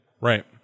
Right